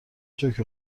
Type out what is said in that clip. جوک